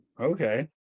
okay